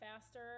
faster